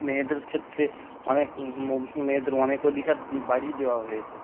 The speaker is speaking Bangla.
মেয়েদের ক্ষেত্রে অনেক মেয়েদের অনেক অধিকার বাড়িয়ে দেওয়া হয়েছে